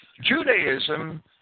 Judaism